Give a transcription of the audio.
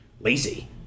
lazy